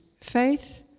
faith